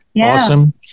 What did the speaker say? awesome